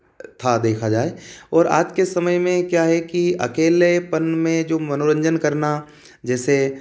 था देखा जाए और आज के समय में क्या है की अकेलेपन में जो मनोरंजन करना जैसे